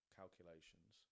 calculations